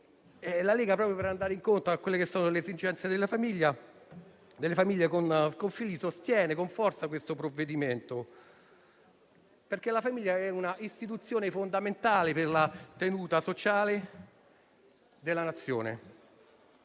La Lega, proprio per andare incontro alle esigenze delle famiglie con figli, lo sostiene con forza, perché la famiglia è una istituzione fondamentale per la tenuta sociale della Nazione.